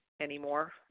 anymore